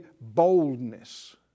boldness